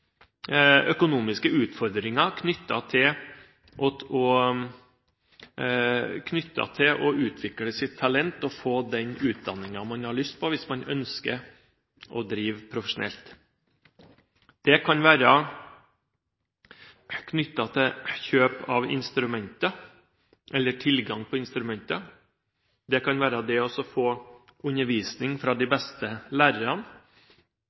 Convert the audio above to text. utfordringer knyttet til å utvikle sitt talent og få den utdanningen man har lyst på, hvis man ønsker å drive profesjonelt. Det kan være knyttet til kjøp av instrumenter eller tilgang på instrumenter, det kan være det å få undervisning av de beste lærerne,